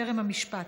טרם המשפט,